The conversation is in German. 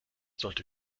sollte